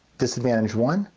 disadvantage one,